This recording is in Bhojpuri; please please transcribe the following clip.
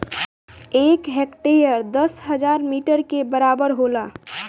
एक हेक्टेयर दस हजार वर्ग मीटर के बराबर होला